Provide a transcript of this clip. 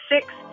six